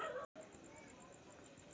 कर्ज कवापर्यंत वापिस करन जरुरी रायते?